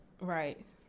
right